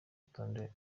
rutonde